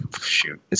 shoot